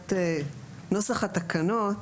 מבחינת נוסח התקנות.